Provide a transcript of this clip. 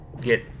get